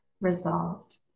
resolved